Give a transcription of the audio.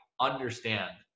understand